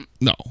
No